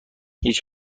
هیچ